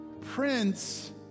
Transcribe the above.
Prince